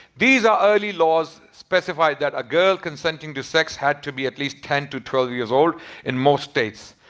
these are early laws specified that a girl consenting to sex had to be at least ten to twelve years old in most states,